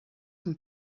son